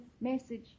message